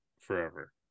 forever